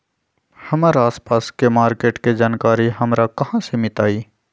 हमर आसपास के मार्किट के जानकारी हमरा कहाँ से मिताई?